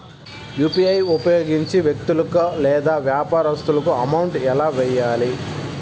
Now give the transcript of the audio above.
UPI ఉపయోగించి వ్యక్తులకు లేదా వ్యాపారస్తులకు అమౌంట్ ఎలా వెయ్యాలి